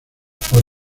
por